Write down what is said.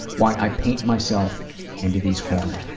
why i paint myself into these corners.